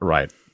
Right